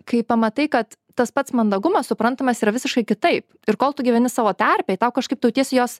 kai pamatai kad tas pats mandagumas suprantamas yra visiškai kitaip ir kol tu gyveni savo terpėj tau kažkaip tu jautiesi jos